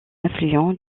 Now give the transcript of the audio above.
affluent